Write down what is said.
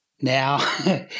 Now